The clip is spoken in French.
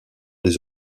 des